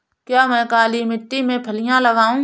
क्या मैं काली मिट्टी में फलियां लगाऊँ?